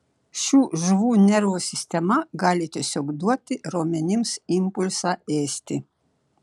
šių žuvų nervų sistema gali tiesiog duoti raumenims impulsą ėsti